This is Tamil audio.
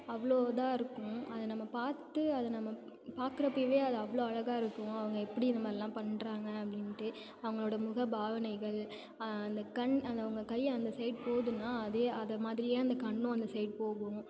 அவ்வளோ இதாக இருக்கும் அது நம்ம பார்த்து அது நம்ம பாக்குறப்பவே அது அவ்வளோ அழகா இருக்கும் அவங்க எப்படி இதைமாரி எல்லாம் பண்ணுறாங்க அப்படின்ட்டு அவங்களோட முக பாவனைகள் அந்த கண் அந்த அவங்க கை அந்த சைட் போகுதுனா அதே அதை மாதிரியே அந்த கண்ணும் அந்த சைட் போகும்